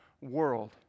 world